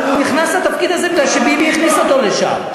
הוא נכנס לתפקיד הזה בגלל שביבי הכניס אותו לשם.